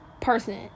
person